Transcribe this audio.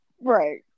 Right